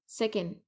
second